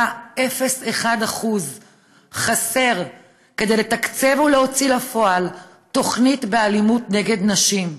0.01% חסר כדי לתקצב ולהוציא לפועל תוכנית לטיפול באלימות נגד נשים,